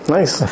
Nice